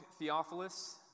Theophilus